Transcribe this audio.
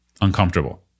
uncomfortable